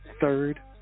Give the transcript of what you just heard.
third